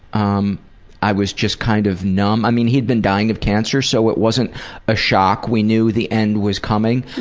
um i was just kind of numb. i mean, he had been dying of cancer, so it wasn't a shock. we knew the end was coming,